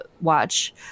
watch